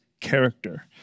character